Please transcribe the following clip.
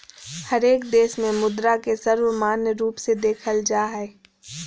हरेक देश में मुद्रा के सर्वमान्य रूप से देखल जा हइ